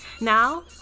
Now